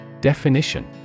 definition